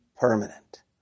permanent